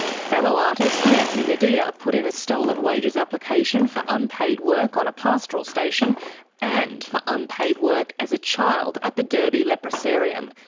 fellow artist nancy nodea put in a stolen wages application for unpaid work on a pastoral station and for unpaid work as a child at the derby leprosarium,